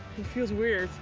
it feels weird.